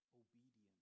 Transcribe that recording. obedience